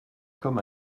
comme